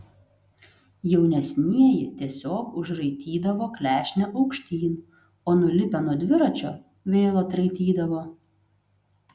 jaunesnieji tiesiog užraitydavo klešnę aukštyn o nulipę nuo dviračio vėl atraitydavo